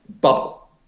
bubble